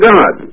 God